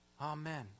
Amen